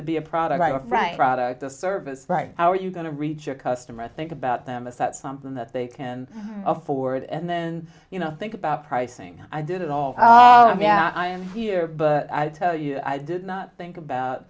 to be a product of right product or service right how are you going to reach your customer i think about them is that something that they can afford and then you know think about pricing i did it all i am here but i'll tell you i did not think about